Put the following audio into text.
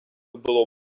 було